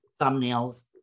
thumbnails